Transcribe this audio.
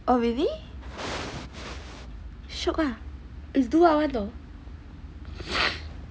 oh really shiok ah it's do what [one] though